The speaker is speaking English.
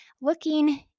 looking